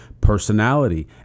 personality